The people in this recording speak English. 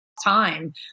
time